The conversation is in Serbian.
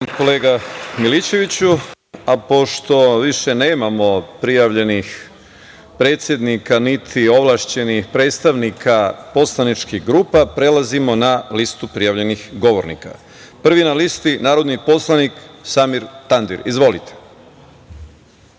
kolega Milićeviću. Pošto više nemamo prijavljenih predstavnika, niti ovlašćenih predstavnika poslaničkih grupa, prelazimo na listu prijavljenih govornika. Prvi na listi je narodni poslanik Samir Tandir. Izvolite.